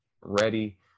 ready